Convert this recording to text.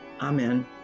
amen